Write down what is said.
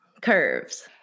Curves